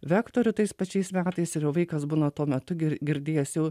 vektorių tais pačiais metais ir jau vaikas būna tuo metu gi girdėjęs jau